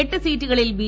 എട്ട് സീറ്റുകളിൽ ബി